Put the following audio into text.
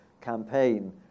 campaign